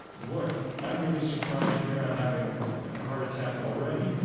look, i'm really surprised you're not having a heart attack already.